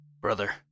Brother